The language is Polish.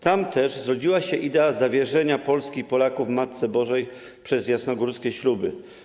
Tam też zrodziła się idea zawierzenia Polski i Polaków Matce Bożej przez jasnogórskie śluby.